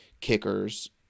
kickers